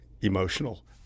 emotional